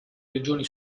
regioni